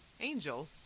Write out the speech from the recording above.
Angel